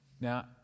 Now